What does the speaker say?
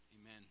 Amen